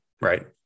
right